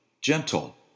gentle